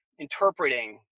interpreting